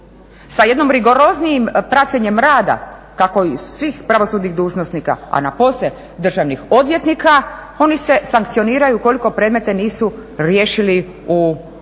Sa jednim rigoroznijim praćenjem rada kako svih pravosudnih dužnosnika, a napose državnih odvjetnika, oni se sankcioniraju koliko predmete nisu riješili u roku.